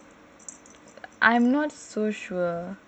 I'm not so sure